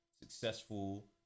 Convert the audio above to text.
Successful